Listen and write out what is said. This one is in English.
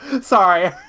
Sorry